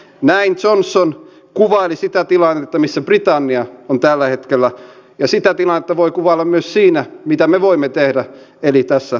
näin johnson kuvaili sitä tilannetta missä britannia on tällä hetkellä ja sitä tilannetta voi kuvailla myös siinä mitä me voimme tehdä eli tässä kansalaisaloitteessa